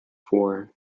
four